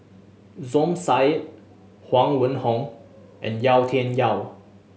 Som Said Huang Wenhong and Yau Tian Yau